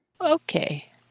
okay